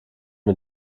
wir